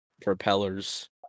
propellers